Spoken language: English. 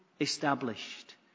established